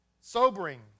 Sobering